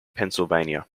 pennsylvania